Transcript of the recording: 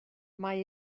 mae